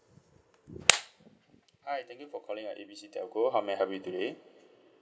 hi thank you for calling uh A B C telco how may I help you today